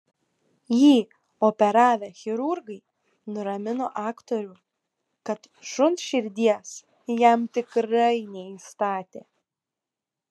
jį operavę chirurgai nuramino aktorių kad šuns širdies jam tikrai neįstatė